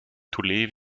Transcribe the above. live